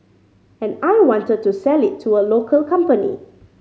and I wanted to sell it to a local company